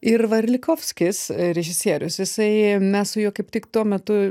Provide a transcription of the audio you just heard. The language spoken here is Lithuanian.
ir varlikovskis režisierius jisai mes su juo kaip tik tuo metu